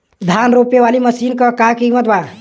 धान रोपे वाली मशीन क का कीमत बा?